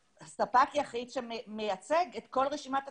ספק יחיד שמייצג את כל רשימת הקיבוצים.